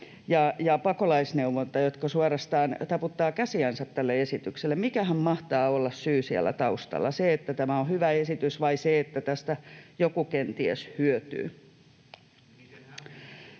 ja Pakolaisneuvonta, jotka suorastaan taputtavat käsiänsä tälle esitykselle. Mikähän mahtaa olla syy siellä taustalla: se, että tämä on hyvä esitys, vai se, että tästä joku kenties hyötyy?